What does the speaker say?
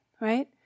right